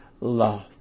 love